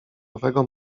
owego